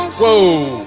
whoa.